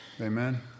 Amen